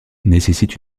nécessite